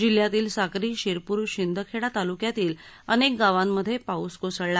जिल्ह्यातील साक्री शिरपूर शिंदखेडा ताल्क्यातील अनेक गावांमध्ये पाऊस कोसळला